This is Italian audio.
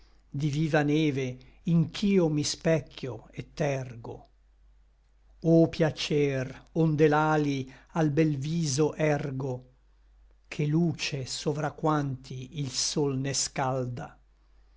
di viva neve in ch'io mi specchio e tergo o piacer onde l'ali al bel viso ergo che luce sovra quanti il sol ne scalda